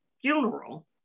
funeral